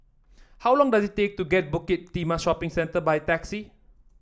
how long does it take to get Bukit Timah Shopping Centre by taxi